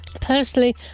Personally